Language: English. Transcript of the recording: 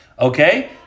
okay